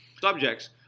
subjects